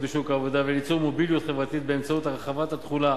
בשוק העבודה וליצור מוביליות חברתית באמצעות הרחבת התחולה